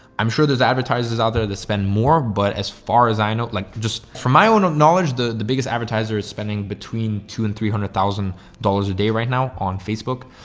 i'm sure there's advertisers out there that spend more, but as far as i know, like just from my own knowledge, the the biggest advertiser is spending between two and three hundred thousand dollars a day right now on facebook.